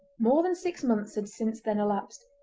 more than six months had since then elapsed,